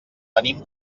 venim